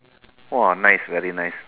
!wah! nice very nice